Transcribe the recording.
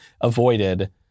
avoided